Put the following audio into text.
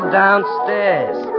downstairs